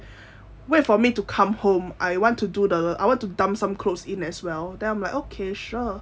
wait for me to come home I want to do the I want to dump some clothes in as well then I'm like okay sure